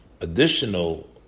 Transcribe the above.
additional